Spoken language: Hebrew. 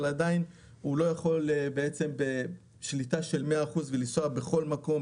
אבל עדיין הוא לא יכול לנסוע בשליטה של מאה אחוז ולנסוע בכל מקום,